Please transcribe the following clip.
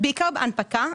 בעיקר בהנפקה.